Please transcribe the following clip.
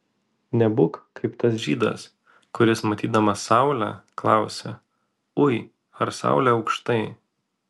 nebūk kaip tas žydas kuris matydamas saulę klausia ui ar saulė aukštai